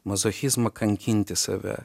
mazochizmą kankinti save